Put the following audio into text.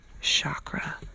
chakra